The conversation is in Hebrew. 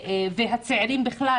הצעירים בכלל.